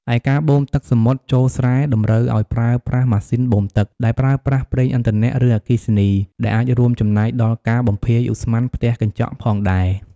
ឯការបូមទឹកសមុទ្រចូលស្រែតម្រូវឱ្យប្រើប្រាស់ម៉ាស៊ីនបូមទឹក ដែលប្រើប្រាស់ប្រេងឥន្ធនៈ ឬអគ្គិសនី ដែលអាចរួមចំណែកដល់ការបំភាយឧស្ម័នផ្ទះកញ្ចក់ផងដែរ។